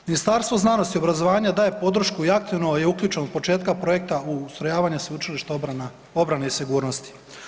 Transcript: Ministarstvo znanosti i obrazovanja daje podršku i aktivno je uključeno od početka projekta u ustrojavanje Sveučilišta obrane i sigurnosti.